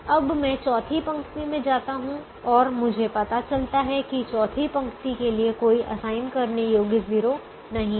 अब मैं चौथी पंक्ति में जाता हूं और मुझे पता चलता है कि चौथी पंक्ति के लिए कोई असाइन करने योग्य 0 नहीं है